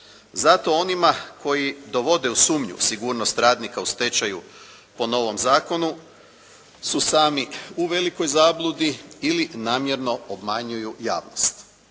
Zato onima koji dovode u sumnju sigurnost radnika u stečaju po novom zakonu su sami u velikoj zabludi ili namjerno obmanjuju javnost.